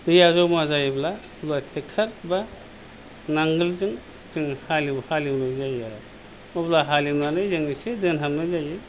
दैया जमा जायोब्ला सोरबा ट्रेक्टर एबा नांगोलजों जों हालेवनाय जायो आरो अब्ला हालेवनानै जों एसे दोनहाबनाय जायो